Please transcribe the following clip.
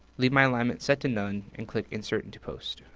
leave my alignment set to none, and click insert into post.